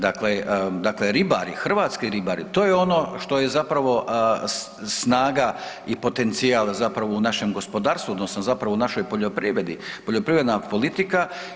Dakle, dakle ribari, hrvatski ribari, to je ono što je zapravo snaga i potencijal zapravo u našem gospodarstvu odnosno zapravo u našoj poljoprivredi, poljoprivredna politika.